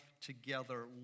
together